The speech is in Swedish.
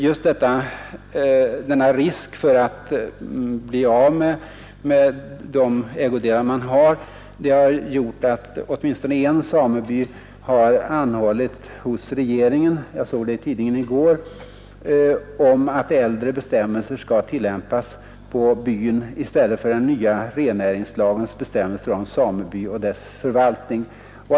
Just risken för att bli av med sina ägodelar har gjort att åtminstone en sameby har anhållit hos regeringen — jag såg det i tidningen i går — om att äldre bestämmelser skall tillämpas på byn i stället för den nya rennäringslagens bestämmelser för samebyn och dess förvaltning.